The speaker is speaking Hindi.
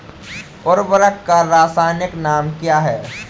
उर्वरक का रासायनिक नाम क्या है?